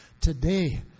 today